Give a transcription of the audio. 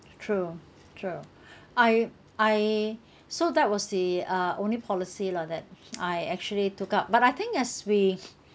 true true I I so that was the uh only policy lah that I actually took up but I think as we